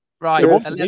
right